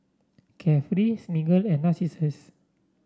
Carefree Smiggle and Narcissus